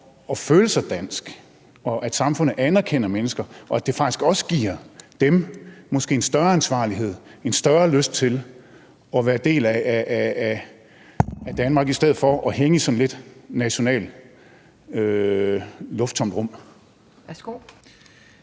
at vise, at samfundet anerkender mennesker, og at det måske også giver dem en større ansvarlighed og en større lyst til at være en del af Danmark i stedet for at hænge sådan lidt i et nationalt lufttomt rum?